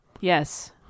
Yes